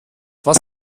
was